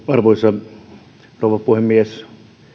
arvoisa rouva puhemies